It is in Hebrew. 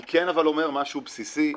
אבל אני כן אומר משהו בסיסי.